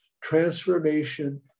transformation